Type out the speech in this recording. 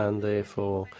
and therefore,